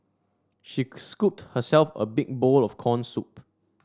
she scooped herself a big bowl of corn soup